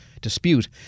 dispute